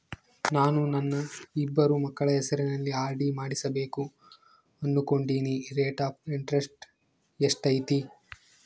ನಾನು ನನ್ನ ಇಬ್ಬರು ಮಕ್ಕಳ ಹೆಸರಲ್ಲಿ ಆರ್.ಡಿ ಮಾಡಿಸಬೇಕು ಅನುಕೊಂಡಿನಿ ರೇಟ್ ಆಫ್ ಇಂಟರೆಸ್ಟ್ ಎಷ್ಟೈತಿ?